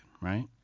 right